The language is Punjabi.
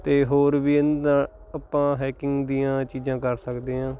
ਅਤੇ ਇਹ ਹੋਰ ਵੀ ਇਹਦਾ ਆਪਾਂ ਹੈਕਿੰਗ ਦੀਆਂ ਚੀਜ਼ਾਂ ਕਰ ਸਕਦੇ ਹਾਂ